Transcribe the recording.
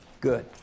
Good